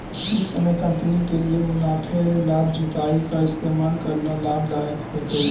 ई समय कंपनी के लिए मुनाफे ला जुताई का इस्तेमाल करना लाभ दायक होतई